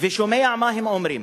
ושומע מה הם אומרים.